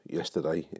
yesterday